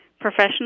Professional